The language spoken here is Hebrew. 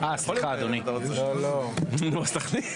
אוקיי.